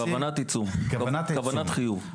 כוונת חיוב.